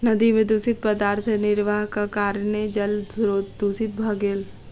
नदी में दूषित पदार्थ निर्वाहक कारणेँ जल स्त्रोत दूषित भ गेल